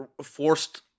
forced